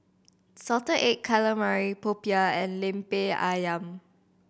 salted egg calamari popiah and Lemper Ayam